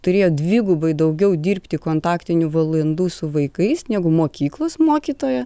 turėjo dvigubai daugiau dirbti kontaktinių valandų su vaikais negu mokyklos mokytoja